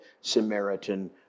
Samaritan